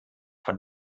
von